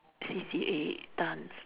C_C_A dance